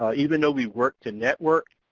ah even though we work to network,